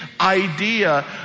idea